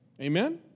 Amen